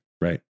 Right